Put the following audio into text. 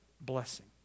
blessing